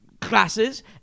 classes